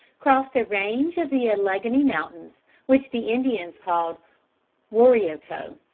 crossed a range of the alleghany mountains, which the indians called warioto,